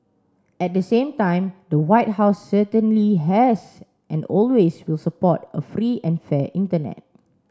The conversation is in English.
at the same time the White House certainly has and always will support a free and fair internet